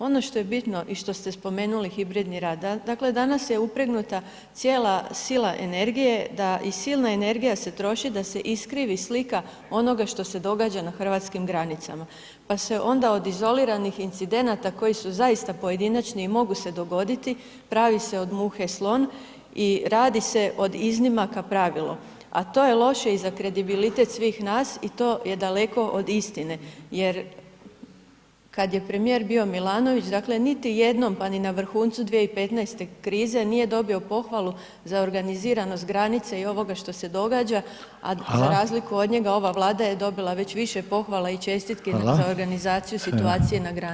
Ono što je bitno i što ste spomenuli hibridni rat, dakle danas je upregnuta cijela sila energije da i silna energija se troši da se iskrivi slika onoga što se događa na hrvatskim granicama pa se onda od izoliranih incidenata koji su zaista pojedinačni i mogu se dogoditi pravi se od muhe slon i radi se od iznimaka pravilo a to je loše i za kredibilitet svih nas i to je daleko od istine jer kada je premijer bio Milanović, dakle niti jednom pa ni na vrhuncu 2015. krize nije dobio pohvalu za organiziranost granice i ovoga što se događa a za razliku od njega ova Vlada je dobila već više pohvala i čestitki za organizaciju situacije na granici.